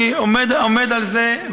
אני עומד על זה,